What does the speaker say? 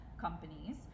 companies